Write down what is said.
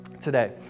today